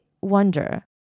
wonder